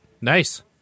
Nice